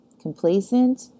Complacent